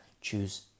Choose